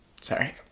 Sorry